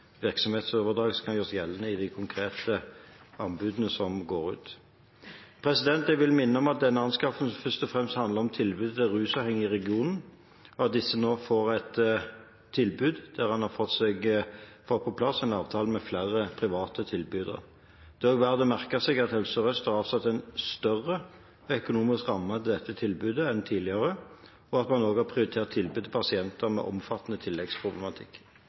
gjøres gjeldende i de konkrete anbudene som går ut. Jeg vil minne om at denne anskaffelsen først og fremst handler om tilbudet til rusavhengige i regionen, og at disse nå får et tilbud ved at en har fått på plass en avtale med flere private tilbydere. Det er også verdt å merke seg at Helse Sør-Øst har avsatt en større økonomisk ramme i dette tilbudet enn tidligere, og at man også har prioritert tilbud til pasienter med omfattende tilleggsproblematikk.